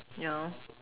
yeah